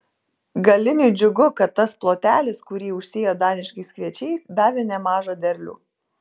galiniui džiugu kad tas plotelis kurį užsėjo daniškais kviečiais davė nemažą derlių